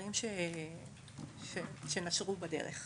הדברים שנשרו בדרך.